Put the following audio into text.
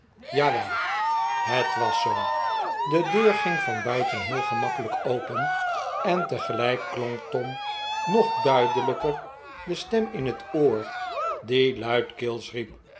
jawel het was zoo de deur ging van buiten heel gemakkelijk open en tegelijk klonk tom nog duidelijker de stem in het oor die luidkeels riep